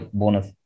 bonus